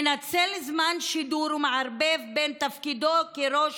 מנצל זמן שידור ומערבב בין תפקידו כראש